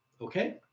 okay